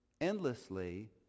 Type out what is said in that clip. endlessly